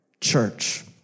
church